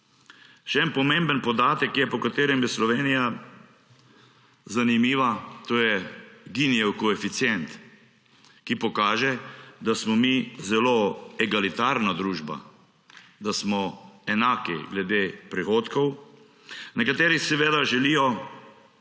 Še en pomemben podatek je, po katerem je Slovenija zanimiva. To je Ginijev koeficient, ki pokaže, da smo mi zelo egalitarna družba, da smo enaki glede prihodkov. Nekateri seveda želijo,